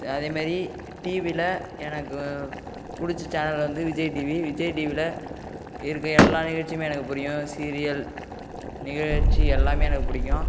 ச அதேமாரி டிவியில் எனக்கு பிடிச்ச சேனல் வந்து விஜய் டிவி விஜய் டிவியில் இருக்கற எல்லா நிகழ்ச்சியுமே எனக்கு புரியும் சீரியல் நிகழ்ச்சி எல்லாமே எனக்கு பிடிக்கும்